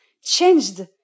changed